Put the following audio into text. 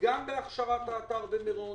גם בהכשרת האתר במירון